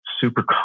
super